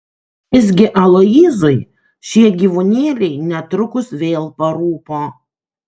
visgi aloyzui šie gyvūnėliai netrukus vėl parūpo